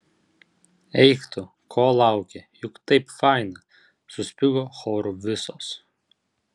eik tu ko lauki juk taip faina suspigo choru visos